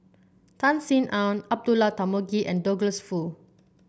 Tan Sin Aun Abdullah Tarmugi and Douglas Foo